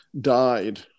died